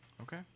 Okay